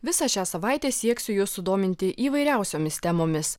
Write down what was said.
visą šią savaitę sieksiu jus sudominti įvairiausiomis temomis